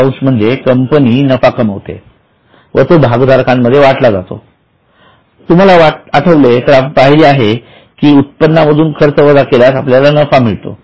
लाभांश म्हणजे कंपनी नफा कामविते आणि तो भागधारकांमध्ये वाटला जातो तुम्हाला आठवले तर आपण पहिले आहे कि उत्पनामधून खर्च वजा केल्यास आपल्याला नफा मिळतो